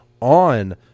on